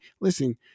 listen